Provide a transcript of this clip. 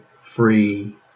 free